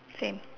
same